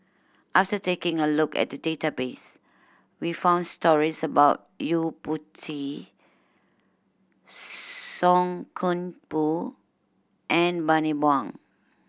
after taking a look at the database we found stories about Yo Po Tee Song Koon Poh and Bani Buang